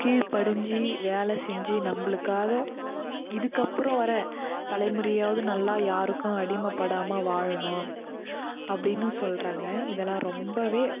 கீழ்படிந்து வேலை செஞ்சு நம்மளுக்காக இதுக்கப்புறம் வர்ற தலைமுறையாவது நல்லா யாருக்கும் அடிமைப்படாமல் வாழணும் அப்படின்னு சொல்கிறாங்க இதெல்லாம் ரொம்பவே